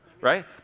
right